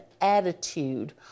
attitude